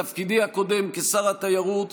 בתפקידי הקודם, כשר התיירות,